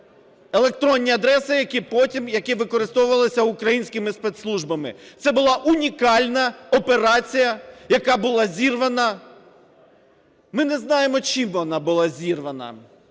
електронні адреси, які потім використовувалися українськими спецслужбами. Це була унікальна операція, яка була зірвана. Ми не знаємо, чим вона була зірвана,